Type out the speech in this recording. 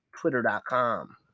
Twitter.com